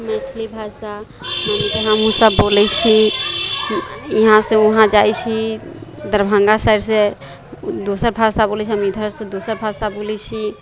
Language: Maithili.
मैथिली भाषा हमहुँ सभ बोलैत छी इहाँ से उहाँ जाइत छी दरभङ्गा साइड से दोसर भाषा बोलैत छै हम इधर दोसर भाषा बोलैत छी